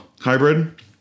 hybrid